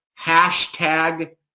hashtag